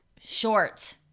short